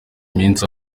iminsi